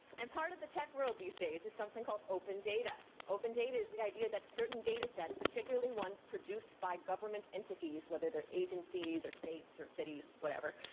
and part of the tech world these days, is something called open data. open data is the idea that certain data sets, particularly ones produced by government entities, whether they're agencies or states or cities, whatever,